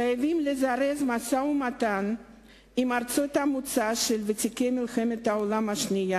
1. חייבים לזרז משא-ומתן עם ארצות המוצא של ותיקי מלחמת העולם השנייה,